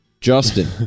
justin